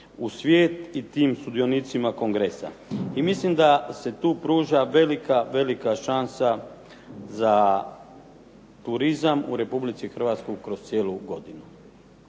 u svijet i tim sudionicima kongresa. I mislim da se tu pruža velika šansa za turizam u Republici Hrvatskoj kroz cijelu godinu.